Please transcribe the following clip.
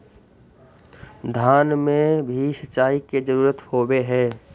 धान मे भी सिंचाई के जरूरत होब्हय?